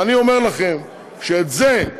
ואני אומר לכם שאת זה,